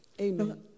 Amen